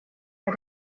bei